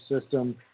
system